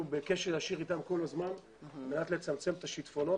אנחנו בקשר ישיר איתם כל הזמן על מנת לצמצם את השיטפונות.